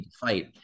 fight